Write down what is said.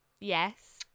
Yes